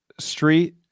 Street